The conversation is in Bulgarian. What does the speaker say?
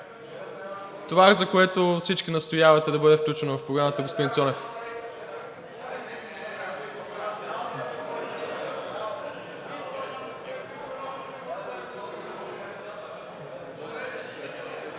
Това, за което всички настоявате да бъде включено в Програмата, господин Цонев.